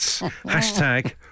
Hashtag